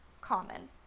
common